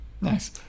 Nice